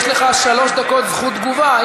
יש לך שלוש דקות זכות תגובה,